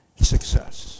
success